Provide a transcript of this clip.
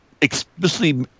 explicitly